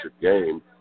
game